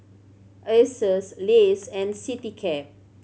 Asus Lays and Citycab